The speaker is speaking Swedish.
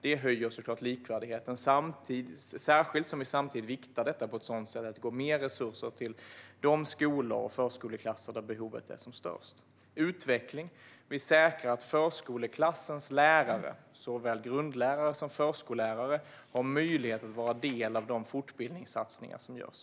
Det höjer såklart likvärdigheten, särskilt som vi samtidigt viktar detta på ett sådant sätt att det går mer resurser till de skolor och förskoleklasser där behovet är som störst. När det gäller utveckling säkrar vi att förskoleklassens lärare, såväl grundlärare som förskollärare, har möjlighet att ta del av de fortbildningssatsningar som görs.